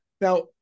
Now